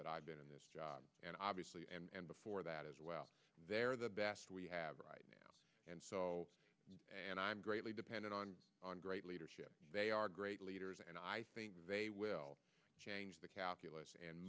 that i've been in this job and obviously and before that as well they're the best we have right now and i'm greatly dependent on on great leadership they are great leaders and i think they will change the calculus and